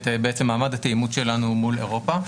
בעצם את מעמד התאימות שלנו מול אירופה,